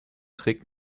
trägt